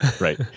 Right